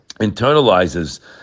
internalizes